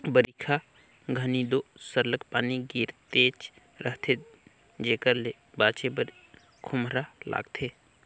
बरिखा घनी दो सरलग पानी गिरतेच रहथे जेकर ले बाचे बर खोम्हरा लागथे